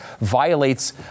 violates